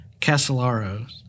Casalaros